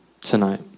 tonight